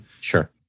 Sure